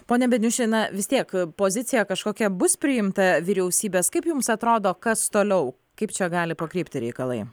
pone beniuši na vis tiek pozicija kažkokia bus priimta vyriausybės kaip jums atrodo kas toliau kaip čia gali pakrypti reikalai